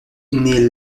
naît